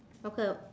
okay